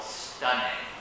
stunning